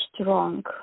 strong